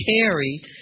carry